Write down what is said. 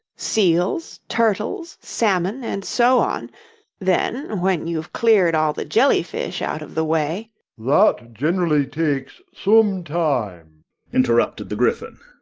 seals, turtles, salmon, and so on then, when you've cleared all the jelly-fish out of the way that generally takes some time interrupted the gryphon.